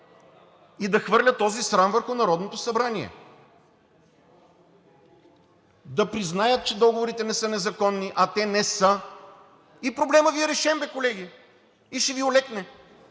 и да хвърля този срам върху Народното събрание. Да признаят, че договорите не са незаконни, а те не са, и проблемът Ви е решен, колеги, и ще Ви олекне.